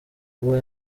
kuba